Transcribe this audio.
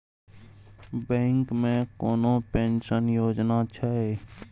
Bank मे कोनो pension योजना छै?